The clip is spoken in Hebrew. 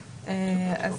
ל-זום.